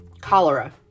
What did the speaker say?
cholera